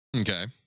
Okay